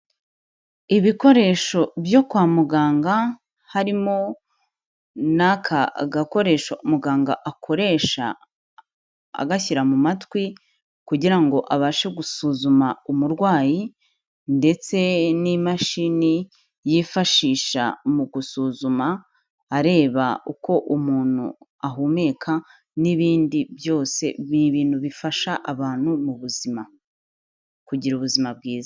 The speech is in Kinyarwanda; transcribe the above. Ibikoresho byo kwa muganga, harimo n'aka gakoresho muganga akoresha agashyira mu matwi kugira ngo abashe gusuzuma umurwayi ndetse n'imashini yifashisha mu gusuzuma areba uko umuntu ahumeka n'ibindi byose, ni ibintu bifasha abantu mu buzima kugira ubuzima bwiza.